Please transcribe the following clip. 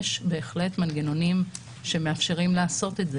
יש בהחלט מנגנונים שמאפשרים לעשות את זה.